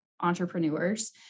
entrepreneurs